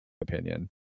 opinion